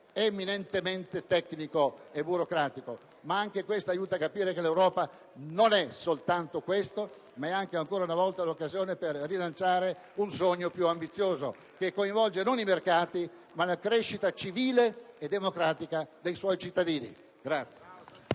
eminentemente tecnico e burocratico, ma tutto ciò aiuta a capire che l'Europa non è soltanto questo ma è anche, ancora una volta, l'occasione per rilanciare un sogno più ambizioso che coinvolge non solo i mercati, ma la crescita civile e democratica dei suoi cittadini.